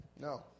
No